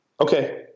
Okay